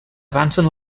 avancen